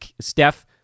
Steph